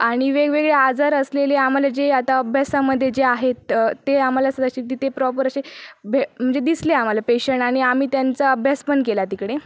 आणि वेगवेगळे आजार असलेले आम्हाला जे आता अभ्यासामध्ये जे आहेत ते आम्हाला प्रॉपर असे म्हणजे दिसले आम्हाला पेशंट आणि आम्ही त्यांचा अभ्यास पण केला तिकडे